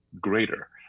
greater